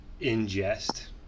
ingest